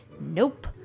nope